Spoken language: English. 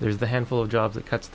there's a handful of jobs that cuts